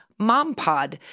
mompod